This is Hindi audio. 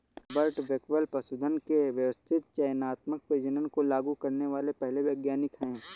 रॉबर्ट बेकवेल पशुधन के व्यवस्थित चयनात्मक प्रजनन को लागू करने वाले पहले वैज्ञानिक है